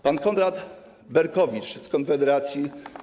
Pan Konrad Berkowicz z Konfederacji.